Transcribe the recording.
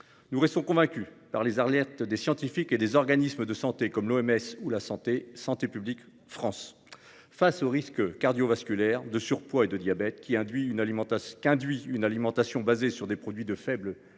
Nous restons convaincus par les alertes des scientifiques et des organismes de santé comme l'OMS ou Santé publique France. Au regard des risques cardiovasculaires, de surpoids et de diabète qu'induit une alimentation basée sur des produits de faible qualité